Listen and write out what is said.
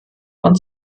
von